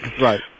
Right